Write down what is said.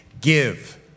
give